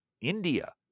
India